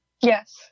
Yes